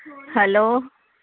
hello